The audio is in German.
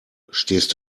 stehst